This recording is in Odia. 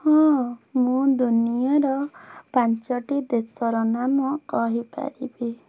ହଁ ମୁଁ ଦୁନିଆର ପାଞ୍ଚଟି ଦେଶର ନାମ କହିପାରିବି